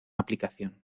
aplicación